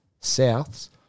souths